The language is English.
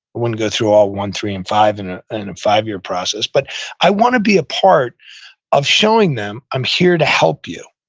go through all one, three, and five, in and a five year process, but i want to be a part of showing them, i'm here to help you.